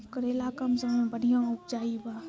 करेला कम समय मे बढ़िया उपजाई बा?